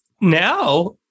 now